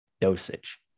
dosage